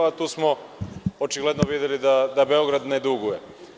Tu smo očigledno videli da Beograd ne duguje.